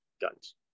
guns